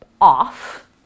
off